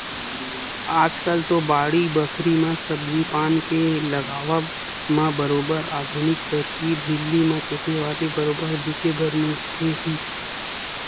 आजकल तो बाड़ी बखरी म सब्जी पान के लगावब म बरोबर आधुनिक तरकीब झिल्ली म तोपे वाले बरोबर देखे बर मिलथे ही